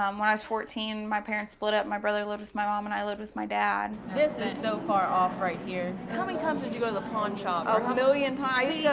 um when i was fourteen, my parents split up, and my brother lived with my mom and i lived with my dad. this is so far off right here. how many times did you go to the pawn shop? a million times. yeah